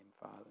Father